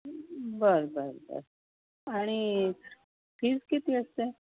बरं बरं बरं आणि फीज किती असते